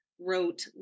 Wrote